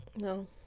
No